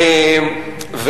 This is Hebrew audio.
משהו.